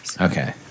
Okay